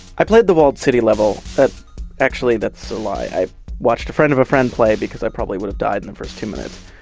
i played the walled city level. actually, that's a lie, i watched a friend of a friend play because i probably would have died in the first few minutes.